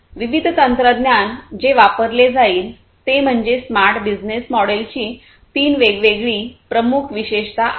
विविध तंत्रज्ञान जे वापरले जाईल ते म्हणजे स्मार्ट बिजनेस मॉडेलची तीन वेगवेगळी प्रमुख विशेषता आहे